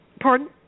Pardon